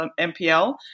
MPL